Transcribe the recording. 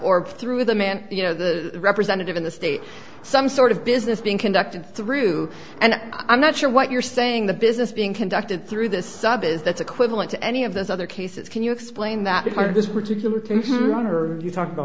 or through the man you know the representative in the state some sort of business being conducted through and i'm not sure what you're saying the business being conducted through the sub is that's equivalent to any of those other cases can you explain that part of this particular one or do you talk